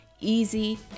easy